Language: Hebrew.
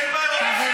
זה יפתור את הבעיה.